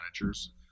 managers